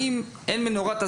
האם אין מנורת אזהרה?